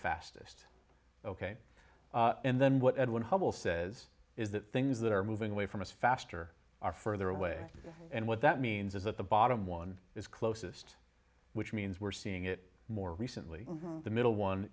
fastest ok and then what edwin hubble says is that things that are moving away from us faster are further away and what that means is that the bottom one is closest which means we're seeing it more recently the middle one